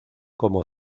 como